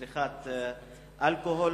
צריכת אלכוהול,